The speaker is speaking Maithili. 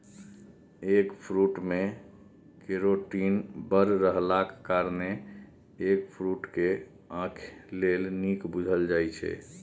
एगफ्रुट मे केरोटीन बड़ रहलाक कारणेँ एगफ्रुट केँ आंखि लेल नीक बुझल जाइ छै